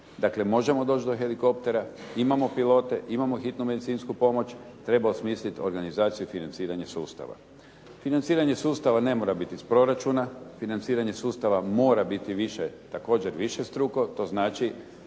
Dakle, možemo doći do helikoptera, imamo pilote, imamo hitnu medicinsku pomoć. Treba osmisliti organizaciju i financiranje sustava. Financiranje sustava ne mora biti iz proračuna, financiranje sustava mora biti višestruko, također višestruko. To znači